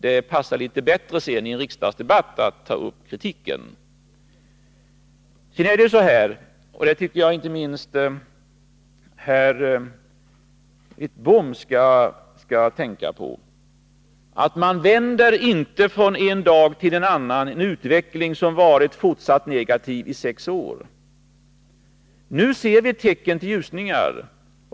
Det passar bättre att i en riksdagsdebatt ta upp kritiken. Inte minst herr Wittbom skall tänka på att man inte från en dag till en annan vänder en utveckling som har varit negativ i sex år. Nu ser vi emellertid tecken till ljusning.